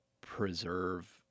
preserve